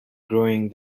growing